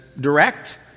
direct